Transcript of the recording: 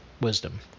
wisdom